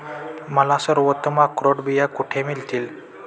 मला सर्वोत्तम अक्रोड बिया कुठे मिळतील